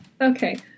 Okay